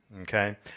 okay